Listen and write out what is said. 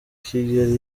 kigeli